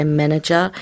manager